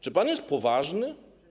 Czy pan jest poważny?